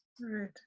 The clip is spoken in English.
right